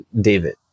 David